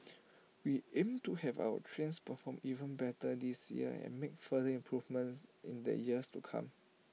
we aim to have our trains perform even better this year and make further improvements in the years to come